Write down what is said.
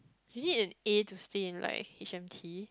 you need an A to stay in like H_M_T